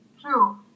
True